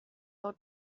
del